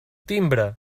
timbre